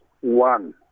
one